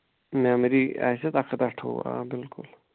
memory آسہِ اَتھ اَکھ ہَتھ اَٹھووُہ آ بِلکُل